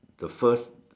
the first